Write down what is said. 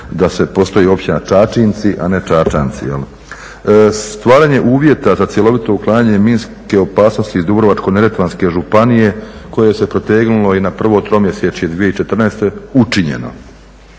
da postoji Općina Čačinci, a ne Čačanci. Stvaranje uvjeta za cjelovito uklanjanje minske opasnosti iz Dubrovačko-neretvanske županije koje se protegnulo i na prvo tromjesečje 2014. učinjeno,